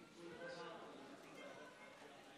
חברי הכנסת, קודם כול, אני